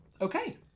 Okay